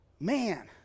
Man